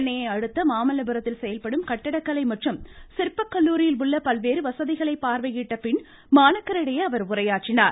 சென்னையை அடுத்த மாமல்லபுரத்தில் செயல்படும் கட்டிடக்கலை மற்றும் சிற்பக்கல்லுாரியில் உள்ள பல்வேறு வசதிகளை பார்வையிட்ட பின் மாணாக்கரிடையே அவர் உரையாற்றினார்